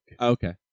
Okay